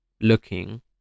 looking